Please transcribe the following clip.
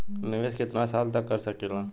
निवेश कितना साल तक कर सकीला?